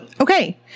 Okay